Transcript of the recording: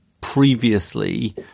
previously